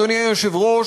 אדוני היושב-ראש,